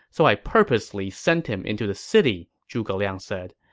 so i purposely sent him into the city, zhuge liang said.